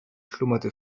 schlummerte